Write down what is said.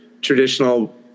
traditional